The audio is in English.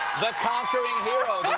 the conquering hero!